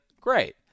great